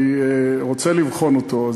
אני רוצה לבחון אותו.